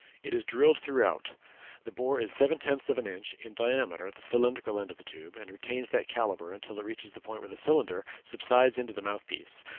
it is drilled throughout the bore is seven-tenths of an inch in diameter at the cylindrical end of the tube, and retains that calibre until it reaches the point where the cylinder subsides into the mouth-piece,